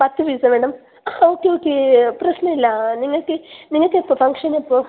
പത്ത് പീസ് ആണോ madam okay okay പ്രശ്നമില്ല നിങ്ങൾക്ക് നിങ്ങൾക്ക് എപ്പം ഫംഗ്ഷൻ എപ്പോൾ